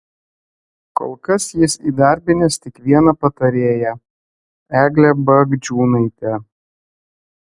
kol kas jis įdarbinęs tik vieną patarėją eglę bagdžiūnaitę